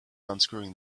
unscrewing